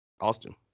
Austin